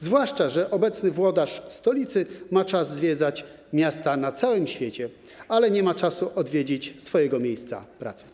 Zwłaszcza że obecny włodarz stolicy ma czas zwiedzać miasta na całym świecie, ale nie ma czasu odwiedzić swojego miejsca pracy.